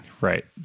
right